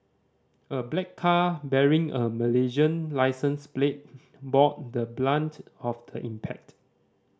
a black car bearing a Malaysian licence plate bore the brunt of the impact